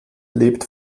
lebt